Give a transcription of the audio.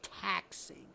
taxing